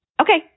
Okay